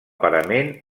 parament